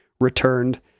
returned